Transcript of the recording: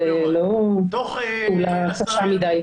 זה לא קשה מדי.